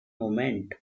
movement